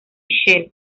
shell